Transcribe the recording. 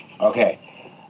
Okay